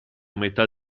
metà